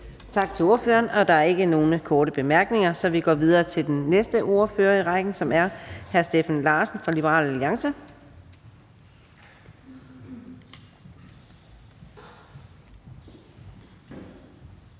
Tak til ordføreren. Der er ikke nogen korte bemærkninger, så vi går videre til den næste ordfører i rækken, som er hr. Peter Kofod fra Dansk